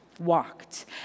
Walked